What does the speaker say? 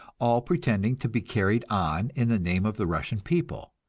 all pretending to be carried on in the name of the russian people,